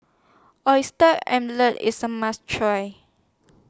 Oyster Omelette IS A must Try